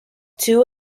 two